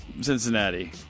Cincinnati